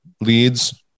leads